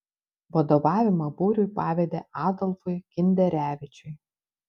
vadovavimą būriui pavedė adolfui kinderevičiui